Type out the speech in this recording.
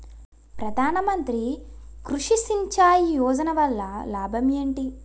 ప్రధాన మంత్రి కృషి సించాయి యోజన వల్ల లాభం ఏంటి?